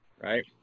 right